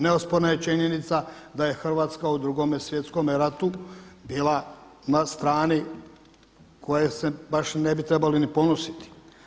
Neosporna je činjenica da je Hrvatska u Drugome svjetskome ratu bila na strani kojoj se baš i ne bi trebali ponositi.